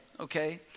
Okay